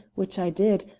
which i did,